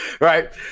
Right